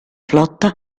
flotta